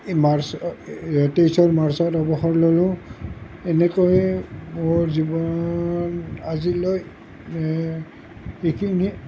এই মাৰ্চ তেইছৰ মাৰ্চত অৱসৰ ল'লো এনেকৈয়ে মোৰ জীৱন আজিলৈ এইখিনিয়ে